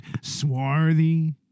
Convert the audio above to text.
swarthy